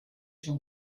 son